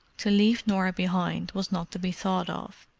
to leave norah behind was not to be thought of,